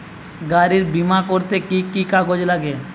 গাড়ীর বিমা করতে কি কি কাগজ লাগে?